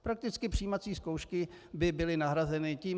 Prakticky přijímací zkoušky by byly nahrazeny tím.